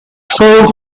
four